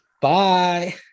Bye